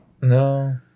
No